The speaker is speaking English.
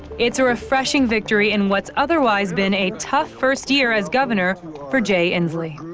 it's a refreshing victory in what's otherwise been a tough first year as governor for jay inslee.